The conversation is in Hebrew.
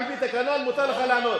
על-פי התקנון מותר לך לענות.